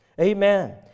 Amen